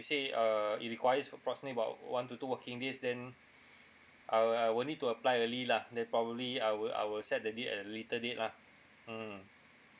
you say err it requires approximately about one to two working days then I'll I will need to apply early lah then probably I'll I'll set the date at a later date lah mm